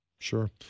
Sure